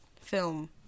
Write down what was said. film